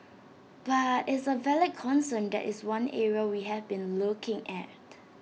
but is A valid concern that is one area we have been looking at